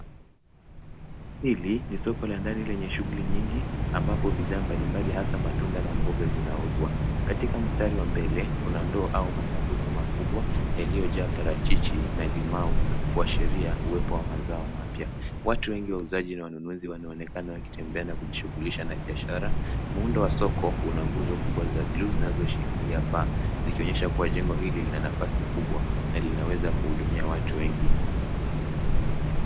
Hili ni soko la ndani lenye shughuli nyingi ambapo bidhaa mbalimbali hasa matunda na mboga zinauzwa. Katika mstari wa mbele kuna ndoo au masanduku makubwa yaliyojaa parachichi na limau kuashiria uwepo wa mazao mapya. Watu wengi wauzaji na wanunuzi wanaonekana wakitembea na kujishughulisha na biashara. Muundo wa soko una nguzo kubwa za buluu zinazoshikilia paa zikionyesha kuwa jengo hili lina nafasi kubwa na linaweza kuhudumia watu wengi.